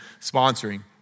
sponsoring